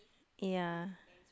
ya